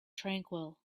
tranquil